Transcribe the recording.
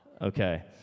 Okay